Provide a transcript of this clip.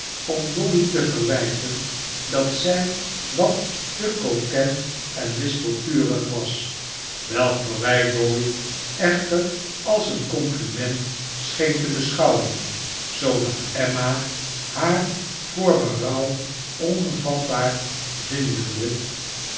om dolly te verwijten dat zij wat te coquet en wispelturig was welk verwijt dolly echter als een compliment scheen te beschouwen zoodat emma haar voor berouw onvatbaar vindende